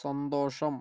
സന്തോഷം